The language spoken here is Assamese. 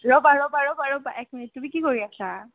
ৰ'বা ৰ'বা ৰ'বা ৰ'বা এক মিনিট তুমি কি কৰি আছা